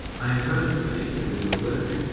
i am most appreciative of your work,